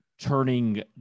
turning